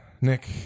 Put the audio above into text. Nick